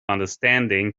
understanding